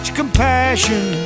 compassion